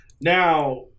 Now